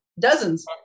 Dozens